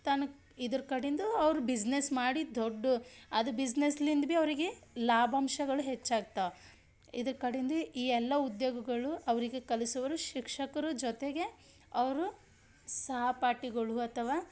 ತನಗೆ ಇದ್ರ ಕಡಿಂದು ಅವ್ರು ಬಿಸ್ನೆಸ್ ಮಾಡಿ ದೊಡ್ಡ ಅದು ಬಿಸ್ನೆಸ್ಲಿಂದ ಭಿ ಅವರಿಗೆ ಲಾಭಾಂಶಗಳು ಹೆಚ್ಚಾಗ್ತವೆ ಇದ್ರ ಕಡಿಂದ ಈ ಎಲ್ಲ ಉದ್ಯೋಗಗಳು ಅವರಿಗೆ ಕಲಿಸೋರು ಶಿಕ್ಷಕರು ಜೊತೆಗೆ ಅವರು ಸಹಪಾಠಿಗಳು ಅಥವಾ